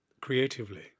creatively